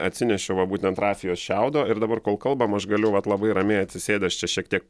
atsinešiau va būtent rafijos šiaudo ir dabar kol kalbam aš galiu vat labai ramiai atsisėdęs čia šiek tiek